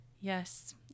Yes